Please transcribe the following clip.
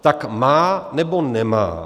Tak má, nebo nemá?